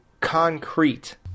concrete